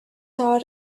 heart